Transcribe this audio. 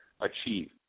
achieve